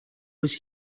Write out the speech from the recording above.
was